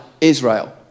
Israel